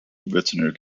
veterinary